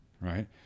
Right